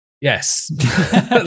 Yes